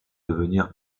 devenir